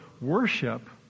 worship